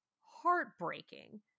heartbreaking